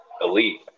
elite